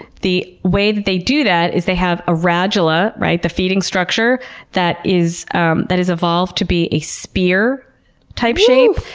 the way that they do that is they have a radula, the feeding structure that is um that is evolved to be a spear type shape,